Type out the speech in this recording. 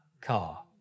car